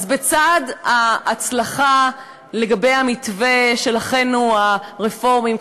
אז בצד ההצלחה לגבי המתווה של אחינו הרפורמים,